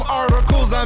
articles